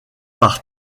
par